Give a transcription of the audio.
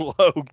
low